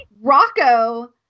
Rocco